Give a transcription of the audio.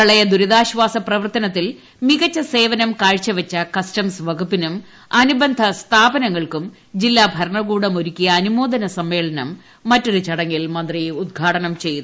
പ്രളയ ദുരിതാശ്വാസ പ്രവർത്തനത്തിൽ മികച്ച സേവനം കാഴ്ചവെച്ച കസ്റ്റംസ് വകുപ്പിനും അനുബന്ധ സ്ഥാപനങ്ങൾക്കും ജില്ലാ ഭരണ്ണകൂടം ഒരുക്കിയ അനുമോദസമ്മേളനം മറ്റൊരു ചടങ്ങിൽ ് മന്ത്രി ഉദ്ഘാടനം ചെയ്തു